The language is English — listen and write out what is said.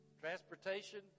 transportation